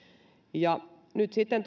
toivottavasti nyt sitten